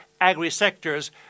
agri-sectors